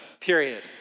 period